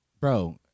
Bro